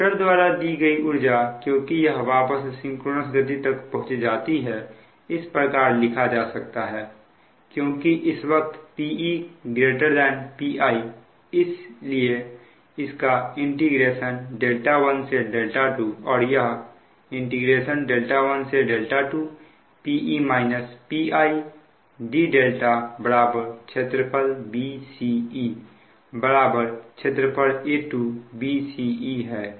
rotor द्वारा दी गई ऊर्जा क्योंकि यह वापस सिंक्रोनस गति तक पहुँच जाती है इस प्रकार लिखा जा सकता है क्योंकि इस वक्त Pe Pi इसलिए इसका इंटीग्रेशन δ1से δ2 और यह 12 d क्षेत्रफल bce क्षेत्रफल A2 bce है